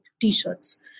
T-shirts